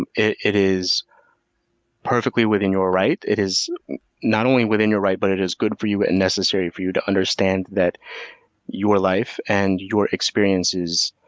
and it it is perfectly within your right it is not only within your right, but it is good for you and necessary for you to understand that your life, and your experiences,